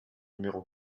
numéro